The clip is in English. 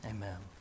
Amen